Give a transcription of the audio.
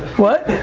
what?